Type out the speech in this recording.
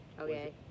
Okay